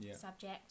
subject